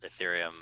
Ethereum